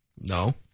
No